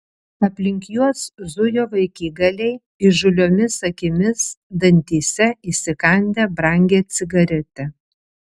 aplink juos zujo vaikigaliai įžūliomis akimis dantyse įsikandę brangią cigaretę